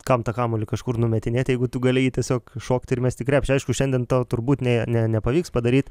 kam tą kamuolį kažkur numetinėti jeigu tu gali jį tiesiog šokti ir mest į krepšį aišku šiandien tau turbūt ne nepavyks padaryti